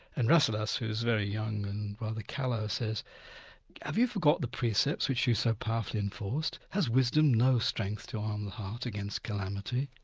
and rasselas, who's very young and rather callow, says have you forgotten the precepts which you so powerfully enforced? has wisdom no strength to arm the heart against calamity?